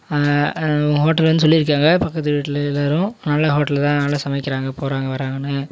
உங்கள் ஹோட்டலை வந்து சொல்லியிருக்காங்க பக்கத்து வீட்டில் எல்லோரும் நல்ல ஹோட்டலு தான் நல்லா சமைக்கிறாங்க போகிறாங்க வர்றாங்கன்னு